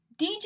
DJ